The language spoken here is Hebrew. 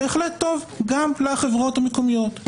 בהחלט טוב גם לחברות המקומיות.